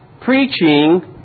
preaching